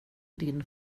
din